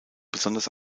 besonders